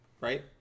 Right